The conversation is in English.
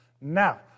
Now